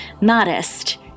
Modest